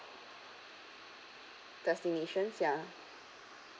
destinations ya